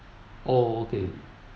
oh okay